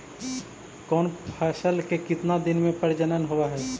कौन फैसल के कितना दिन मे परजनन होब हय?